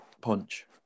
punch